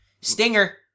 Stinger